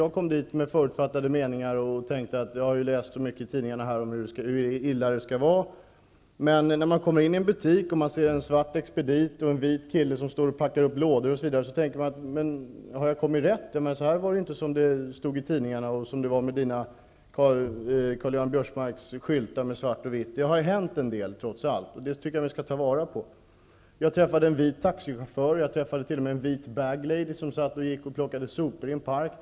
Jag kom dit med förutfattade meningar. Jag hade läst mycket i tidningarna om hur illa det skulle vara. Men när man kommer in i en butik och ser en svart expedit och vit kille som packar upp lådor undrar man om man har kommit rätt, så här framstod det inte i tidningarna och det stämde inte med de skyltar med svart och vitt som Karl-Göran Biörsmark talat om. Det har hänt en del trots allt. Det tycker jag att vi skall ta fasta på. Jag träffade en vit taxichaufför. Jag träffade t.o.m. en vit ''bag-lady'' som plockade sopor i en park.